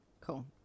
Cool